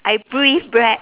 I breathe bread